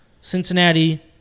Cincinnati